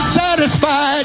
satisfied